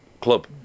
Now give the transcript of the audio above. club